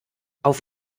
auf